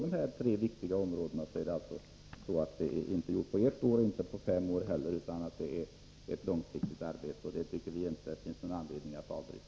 Dessa tre viktiga områden kan inte klaras av på ett år och inte på fem år heller. Det är ett långsiktigt arbete, och det tycker vi inte att det finns någon anledning att avbryta.